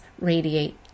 radiate